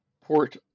port